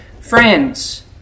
friends